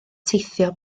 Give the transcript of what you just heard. teithio